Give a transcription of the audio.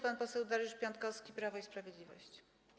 Pan poseł Dariusz Piontkowski, Prawo i Sprawiedliwość.